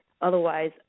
Otherwise